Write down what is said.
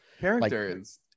characters